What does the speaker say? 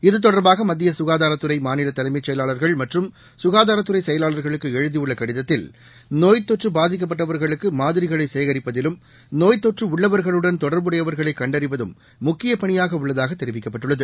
இத்தொடர்பாக மத்திய சுகாதாரத்துறை மாநில தலைமைச் செயலாளர்கள் மற்றும் சுகாதாரத்துறை செயலாள்களுக்கு எழுதியுள்ள கடிதத்தில் நோய்த்தொற்று பாதிக்கப்பட்டவர்களுக்கு மாதிரிகளை சேகரிப்பதிலும் நோய்த்தொற்று உள்ளவர்களுடன் தொடர்புடையவர்களை கண்டறிவதும் முக்கிய பணியாக உள்ளதாக தெரிவிக்கப்பட்டுள்ளது